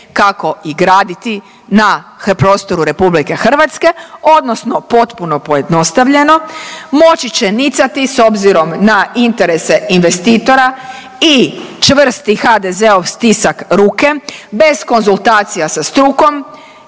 kako i graditi na prostoru RH odnosno potpuno pojednostavljeno moći će nicati s obzirom na interese investitora i čvrsti HDZ-ov stisak ruke bez konzultacija sa strukom